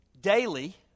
daily